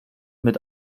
mit